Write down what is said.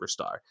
superstar